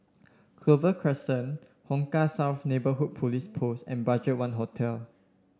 Clover Crescent Hong Kah South Neighbourhood Police Post and BudgetOne Hotel